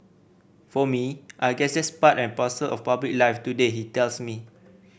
for me I guess that's part and parcel of public life today he tells me